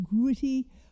gritty